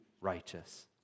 righteous